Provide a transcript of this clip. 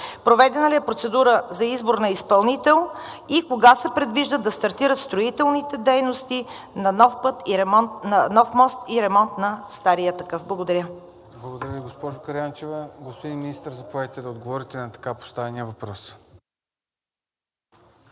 Проведена ли е процедура за избор на изпълнител? Кога се предвижда да стартират строителните дейности за нов мост и ремонт на стария такъв? Благодаря. ПРЕДСЕДАТЕЛ ЦОНЧО ГАНЕВ: Благодаря Ви, госпожо Караянчева. Господин министър, заповядайте да отговорите на така поставения въпрос.